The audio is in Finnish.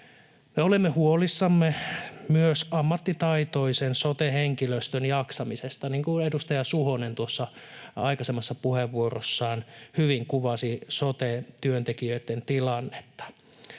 olemme huolissamme myös ammattitaitoisen sote-henkilöstön jaksamisesta, niin kuin edustaja Suhonen tuossa aikaisemmassa puheenvuorossaan hyvin kuvasi sote-työntekijöitten tilannetta